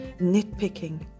nitpicking